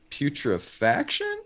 Putrefaction